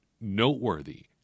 noteworthy